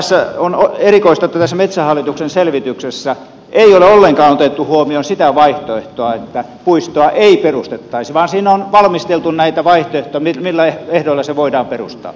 tässä on erikoista että metsähallituksen selvityksessä ei ole ollenkaan otettu huomioon sitä vaihtoehtoa että puistoa ei perustettaisi vaan sinne on valmisteltu näitä vaihtoehtoja millä ehdoilla se voidaan perustaa